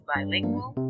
Bilingual